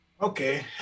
Okay